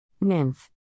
Nymph